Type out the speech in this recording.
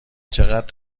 چقد